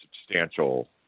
substantial